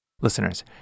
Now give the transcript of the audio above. Listeners